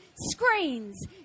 screens